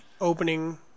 opening